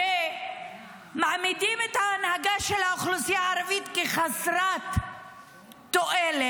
הרי מעמידים את ההנהגה של האוכלוסייה הערבית כחסרת תועלת,